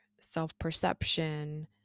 self-perception